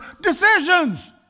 Decisions